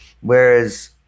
Whereas